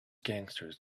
gangsters